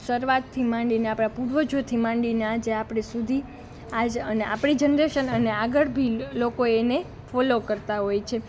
શરૂઆતથી માંડીને આપણા પૂર્વજોથી માંડીને આજે આપણે સુધી આજ અને આપણી જનરેશન અને આગળ બી લોકો એને ફોલો કરતાં હોય છે